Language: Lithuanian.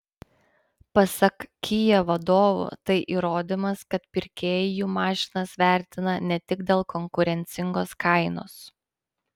pasak kia vadovų tai įrodymas kad pirkėjai jų mašinas vertina ne tik dėl konkurencingos kainos